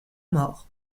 mort